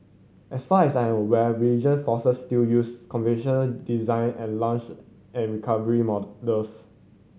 as far as I'm aware regional forces still use convention design and launch and recovery methods